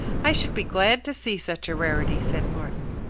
i should be glad to see such a rarity, said martin.